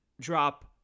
drop